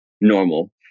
normal